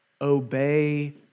obey